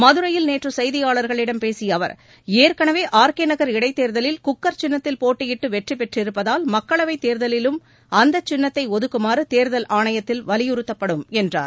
மதுரையில் நேற்று செய்தியாளர்களிடம் பேசிய அவர் ஏற்கனவே ஆர் கே நகர் இடைத்தேர்தலில் குக்கர் சின்னத்தில் போட்டியிட்டு வெற்றி பெற்றிருப்பதால் மக்களவைத் தேர்தலிலும் அந்த சின்னத்தையே ஒதுக்குமாறு தேர்தல் ஆணையத்தில் வலியுறுத்தப்படும் என்றார்